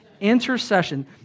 Intercession